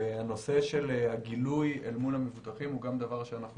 והנושא של הגילוי אל מול המבוטחים הוא גם דבר שאנחנו